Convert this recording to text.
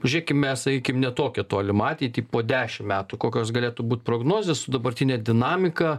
pažiūrėkim mes sakykim ne tokią tolimą ateitį po dešimt metų kokios galėtų būt prognozės su dabartine dinamika